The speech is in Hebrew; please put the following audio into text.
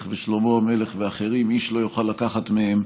ושלמה המלך ואחרים איש לא יוכל לקחת מהם,